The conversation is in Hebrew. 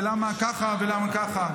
ולמה ככה ולמה ככה.